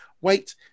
wait